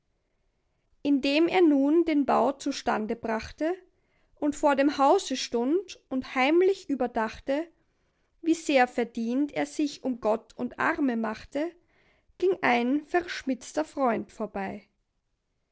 indem er nun den bau zustande brachte und vor dem hause stund und heimlich überdachte wie sehr verdient er sich um gott und arme machte ging ein verschmitzter freund vorbei